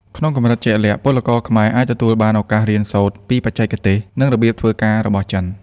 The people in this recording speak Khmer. ក្នុងកម្រិតជាក់លាក់ ពលករខ្មែរអាចទទួលបានឱកាសរៀនសូត្រពីបច្ចេកទេស និងរបៀបធ្វើការរបស់ចិន។